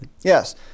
Yes